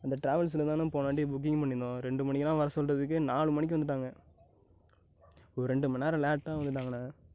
அந்த டிராவல்ஸுல்தாண்ணே போன வாட்டி புக்கிங் பண்ணியிருந்தோம் ரெண்டு மணிக்கெலாம் வர சொல்றதுக்கு நாலு மணிக்கு வந்துட்டாங்க ஓர் ரெண்டு மணி நேரம் லேட்டாக வந்துட்டாங்கண்ணே